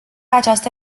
această